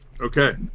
Okay